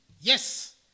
yes